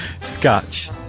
Scotch